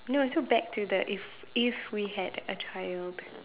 no still back to the if if we had a child